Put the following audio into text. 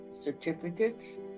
certificates